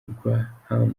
graham